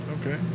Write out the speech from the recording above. Okay